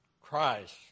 Christ